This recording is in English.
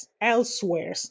elsewhere